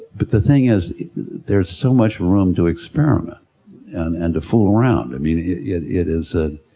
but the thing is there's so much room to experiment and, and to fool around, i mean it, yeah it it is a,